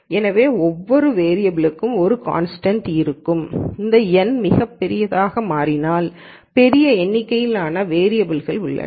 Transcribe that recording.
எனவே ஒவ்வொரு வேரியபல் க்கும் 1 கான்ஸ்டன்ட் இருக்கும் இந்த n மிகப் பெரியதாக மாறினால் பெரிய எண்ணிக்கையிலான வேரியபல்கள் உள்ளன